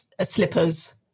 Slippers